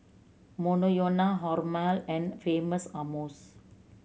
Monoyono Hormel and Famous Amos